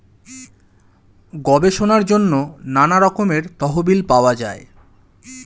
গবেষণার জন্য নানা রকমের তহবিল পাওয়া যায়